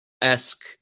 esque